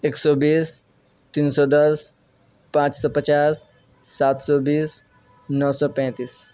ایک سو بیس تین سو دس پانچ سو پچاس سات سو بیس نو پینتیس